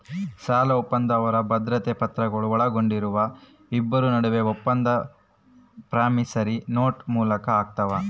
ಸಾಲಒಪ್ಪಂದ ಅವರ ಬದ್ಧತೆಯ ಪತ್ರಗಳು ಒಳಗೊಂಡಿರುವ ಇಬ್ಬರ ನಡುವೆ ಒಪ್ಪಂದ ಪ್ರಾಮಿಸರಿ ನೋಟ್ ಮೂಲಕ ಆಗ್ತಾವ